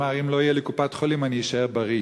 אמר: אם לא תהיה לי קופת-חולים אני אשאר בריא.